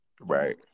Right